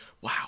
wow